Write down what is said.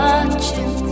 Watching